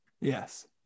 yes